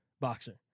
boxer